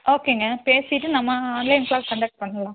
ஓகேங்க பேசிவிட்டு நம்ம ஆன்லைன் க்ளாஸ் கண்டெக்ட் பண்ணலாம்